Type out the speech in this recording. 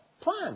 plan